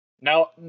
Now